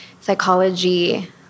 psychology